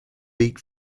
beak